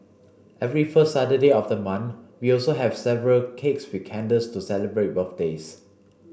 every first Saturday of the month we also have several cakes with candles to celebrate birthdays